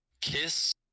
Kiss